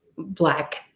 black